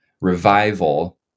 revival